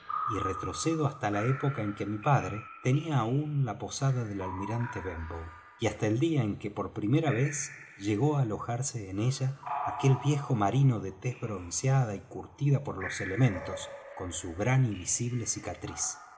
y retrocedo hasta la época en que mi padre tenía aún la posada del almirante benbow y hasta el día en que por primera vez llegó á alojarse en ella aquel viejo marino de tez bronceada y curtida por los elementos con su grande y visible cicatriz